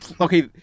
okay